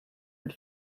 had